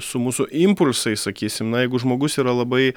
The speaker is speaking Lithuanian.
su mūsų impulsais sakysim na jeigu žmogus yra labai